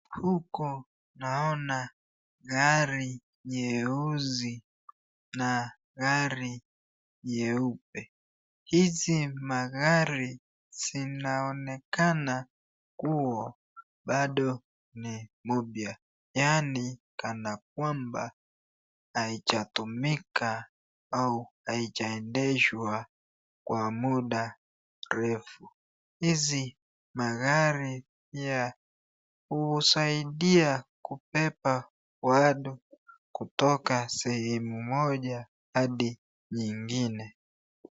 Huku naona gari nyeusi na gari nyeupe, hizi magari zinaonekana kuwa bado ni mpya yaani kana kwamba haijatumika au haijaendeshwa kwa muda refu. Hizi magari pia husaidia kubeba watu kutoka sehemu moja hadi nyingine.